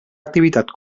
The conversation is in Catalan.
activitat